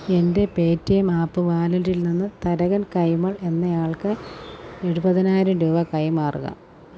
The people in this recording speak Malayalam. എന്റെ പേറ്റീഎം ആപ്പ് വാലറ്റിൽ നിന്ന് തരകൻ കൈമൾ എന്നയാൾക്ക് എഴുപതിനായിരം രൂപ കൈമാറുക